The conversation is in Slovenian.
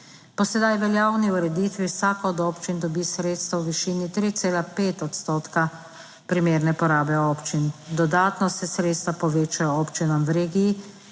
Po sedaj veljavni ureditvi vsaka od občin dobi sredstva v višini 3,5 odstotka. Primerne porabe občin. Dodatno se sredstva povečajo občinam v regiji,